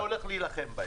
אני הולך להילחם בהם.